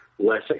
less